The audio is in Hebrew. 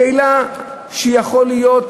שאלה שיכולה להיות